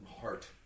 heart